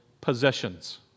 possessions